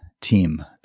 team